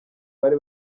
bari